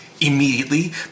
Immediately